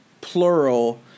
plural